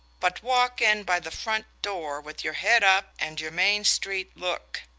but walk in by the front door, with your head up, and your main street look.